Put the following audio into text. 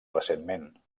recentment